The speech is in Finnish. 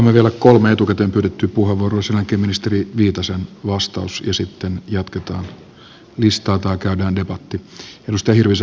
otamme vielä kolme etukäteen pyydettyä puheenvuoroa ja sen jälkeen ministeri viitasen vastaus ja sitten jatketaan listaa tai käydään debatti